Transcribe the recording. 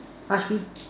ask me